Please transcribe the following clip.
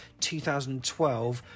2012